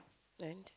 then